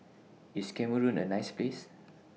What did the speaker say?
IS Cameroon A nice Place